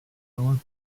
powered